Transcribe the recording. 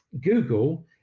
Google